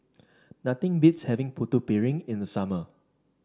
nothing beats having Putu Piring in the summer